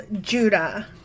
Judah